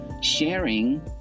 sharing